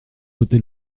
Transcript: voté